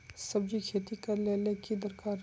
सब्जी खेती करले ले की दरकार?